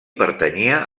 pertanyia